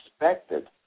expected